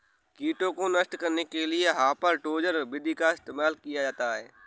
कीटों को नष्ट करने के लिए हापर डोजर विधि का इस्तेमाल किया जाता है